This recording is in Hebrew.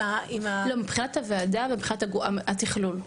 לא, מבחינת הוועדה ומבחינת התכלול.